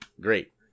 great